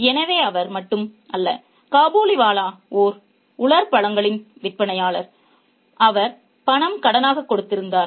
எனவே அவர் மட்டும் அல்ல காபூலிவாலா ஒரு உலர் பழங்களின் விற்பனையாளர் அவர் பணம் கடனாக கொடுத்திருந்தார்